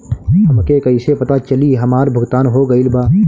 हमके कईसे पता चली हमार भुगतान हो गईल बा?